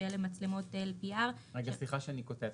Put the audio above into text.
שאלה מצלמות LPR. סליחה שאני קוטע,